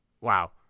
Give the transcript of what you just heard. Wow